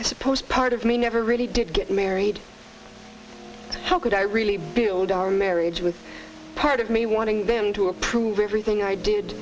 i suppose part of me never really did get married how could i really build our marriage with part of me wanted them to approve everything i did